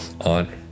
on